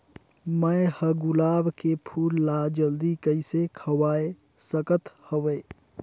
मैं ह गुलाब के फूल ला जल्दी कइसे खवाय सकथ हवे?